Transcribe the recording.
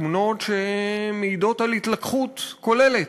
תמונות שמעידות על התלקחות כוללת,